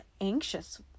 anxious